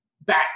Back